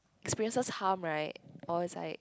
experiences half right or it's like